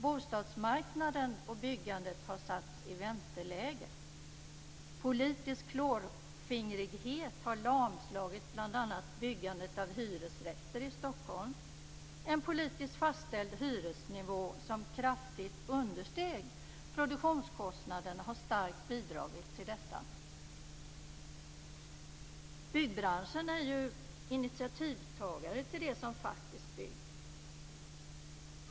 Bostadsmarknaden och byggandet har satts i vänteläge. Politisk klåfingringhet har lamslagit bl.a. byggandet av hyresrätter i Stockholm. En politiskt fastställd hyresnivå som kraftigt understeg produktionskostnaden har starkt bidragit till detta. Byggbranschen är initiativtagare till det som faktiskt byggs.